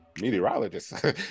meteorologist